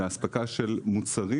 לאספקה של מוצרים,